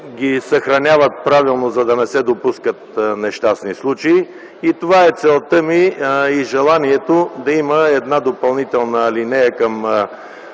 ги съхраняват правилно, за да не се допускат нещастни случаи. Това е целта ми и желанието ми – да има една допълнителна алинея към